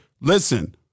Listen